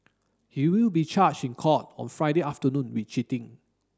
he will be charged in court on Friday afternoon with cheating